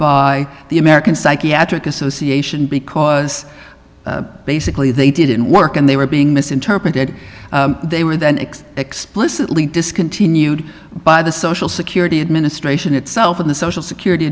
by the american psychiatric association because basically they didn't work and they were being misinterpreted they were then x explicitly discontinued by the social security administration itself and the social security